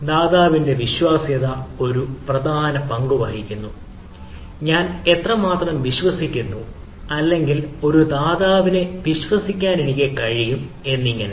ദാതാവിന്റെ വിശ്വാസ്യത ഒരു പ്രധാന പങ്ക് വഹിക്കുന്നു ഞാൻ എത്രമാത്രം വിശ്വസിക്കുന്നു അല്ലെങ്കിൽ ഒരു ദാതാവിനെ വിശ്വസിക്കാൻ എനിക്ക് കഴിയും എന്നിങ്ങനെ